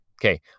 Okay